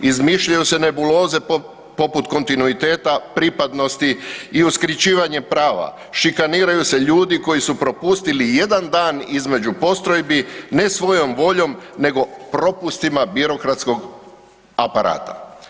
Izmišljaju se nebuloze poput kontinuiteta pripadnosti i uskraćivanje prava, šikaniraju se ljudi koji su propustili jedan dan između postrojbi, ne svojom voljom nego propustima birokratskog aparata.